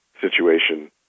situation